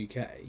uk